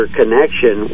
connection